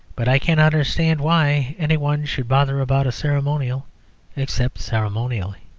but i cannot understand why any one should bother about a ceremonial except ceremonially.